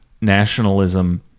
nationalism